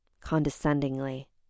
condescendingly